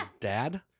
Dad